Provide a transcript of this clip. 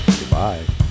Goodbye